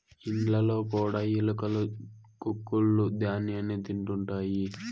ఇండ్లలో కూడా ఎలుకలు కొక్కులూ ధ్యాన్యాన్ని తింటుంటాయి